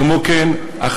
כמו כן,